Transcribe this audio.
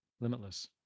limitless